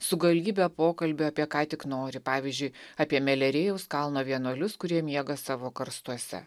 su galybe pokalbių apie ką tik nori pavyzdžiui apie melerėjaus kalno vienuolius kurie miega savo karstuose